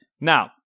Now